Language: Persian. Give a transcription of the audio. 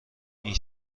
این